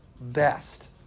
best